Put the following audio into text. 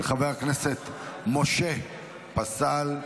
של חבר הכנסת משה פסל.